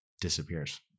disappears